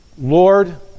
Lord